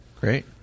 Great